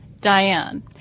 Diane